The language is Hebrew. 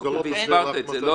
--- רגע